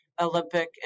Olympic